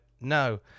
no